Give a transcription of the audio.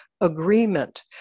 agreement